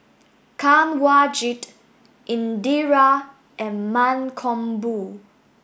Kanwaljit Indira and Mankombu